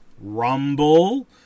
Rumble